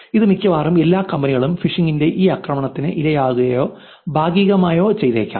ഇന്ന് മിക്കവാറും എല്ലാ കമ്പനികളും ഫിഷിംഗിന്റെ ഈ ആക്രമണത്തിന് ഇരയാകുകയോ ഭാഗമാകുകയോ ചെയ്തേക്കാം